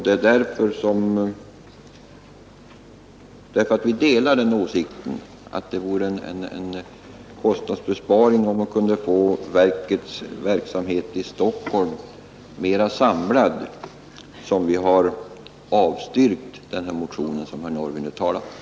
Det är därför som vi delar åsikten att det skulle innebära en kostnadsbesparing, om man kunde få verkets verksamhet i Stockholm mera samlad, som vi har avstyrkt den motion herr Norrby nu talat om.